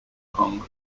kong